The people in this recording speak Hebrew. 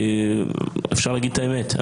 אפשר להגיד את האמת,